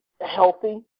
healthy